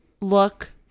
look